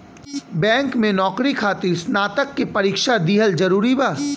Bank में नौकरी खातिर स्नातक के परीक्षा दिहल जरूरी बा?